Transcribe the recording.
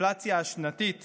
האינפלציה השנתית